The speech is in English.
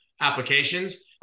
applications